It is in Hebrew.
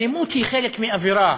אלימות היא חלק מאווירה.